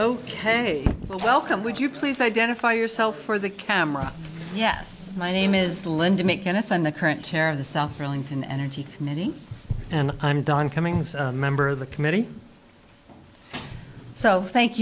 ok welcome would you please identify yourself for the camera yes my name is linda macon it's on the current chair of the south burlington energy committee and i'm don cummings member of the committee so thank